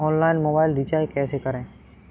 Online mobile recharge कैसे करें?